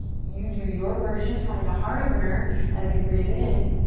you do your version. find a heart opener as you breathe in.